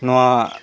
ᱱᱚᱣᱟ